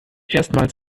erstmals